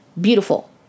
Beautiful